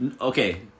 okay